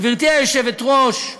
גברתי היושבת-ראש,